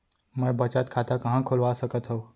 मै बचत खाता कहाँ खोलवा सकत हव?